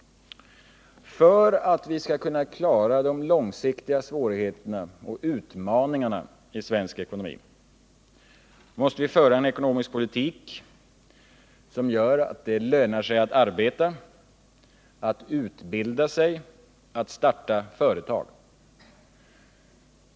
För att vi skall kunna klara dessa långsiktiga svårigheter och utmaningar i svensk ekonomi måste vi föra en ekonomisk politik som gör att det lönar sig att arbeta, att utbilda sig, att starta företag.